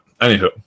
anywho